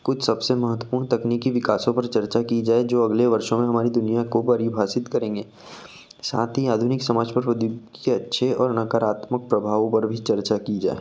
कुछ सब से महत्वपूर्ण तकनीकी विकासों पर चर्चा की जाए जो अगले वर्षों में हमारी दुनिया को परिभाषित करेंगे साथ ही आधुनिक समाज पर प्रौद्योगिक के अच्छे और नकारात्मक प्रभावों पर भी चर्चा की जाए